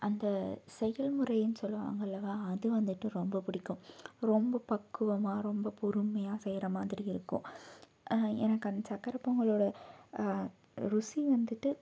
அந்த செயல்முறைனு சொல்வாங்க அல்லவா அது வந்துட்டு ரொம்பப் பிடிக்கும் ரொம்பப் பக்குவமாக ரொம்பப் பொறுமையாக செய்கிற மாதிரி இருக்கும் எனக்கு அந்த சக்கரை பொங்கலோட ருசி வந்துட்டு